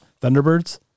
Thunderbirds